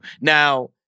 Now